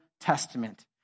Testament